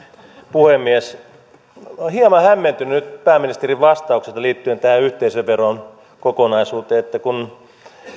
puhemies olen hieman hämmentynyt pääministerin vastauksesta liittyen tähän yhteisöveron kokonaisuuteen kun